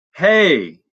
hey